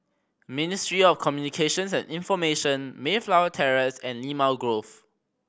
Ministry of Communications and Information Mayflower Terrace and Limau Grove